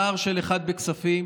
פער של אחד בכספים